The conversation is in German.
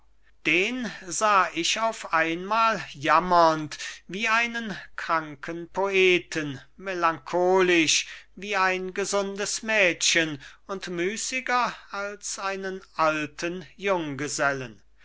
den sah ich auf einmal jammernd wie einen kranken poeten melancholisch wie ein gesundes mädchen und müßiger als einen alten junggesellen